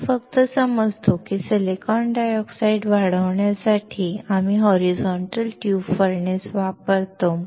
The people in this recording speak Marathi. आम्ही फक्त समजतो की सिलिकॉन डायऑक्साइड वाढवण्यासाठी आम्ही होरिझोंट्ल ट्यूब फर्नेस वापरतो